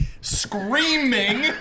Screaming